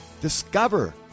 discover